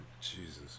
Jesus